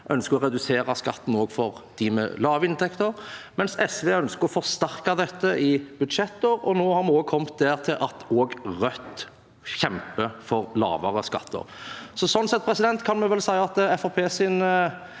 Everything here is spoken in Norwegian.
ønsker å redusere skatten også for dem med lave inntekter. SV ønsker å forsterke dette i budsjettet, og nå har vi også kommet dit at Rødt kjemper for lavere skatter. Sånn sett kan vi vel si at